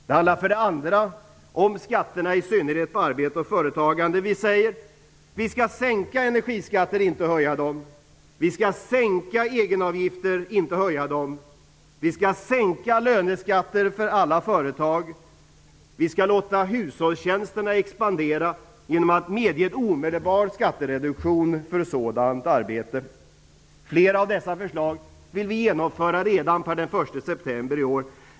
Det handlar för det andra om skatterna, i synnerhet på arbete och företagande. Vi säger: Vi skall sänka energiskatter, inte höja dem. Vi skall sänka egenavgifter, inte höja dem. Vi skall sänka löneskatter för alla företag. Vi skall låta hushållstjänster expandera genom att medge omedelbar skattereduktion för sådant arbete. Flera av dessa förslag vill vi genomföra redan per den 1 september i år.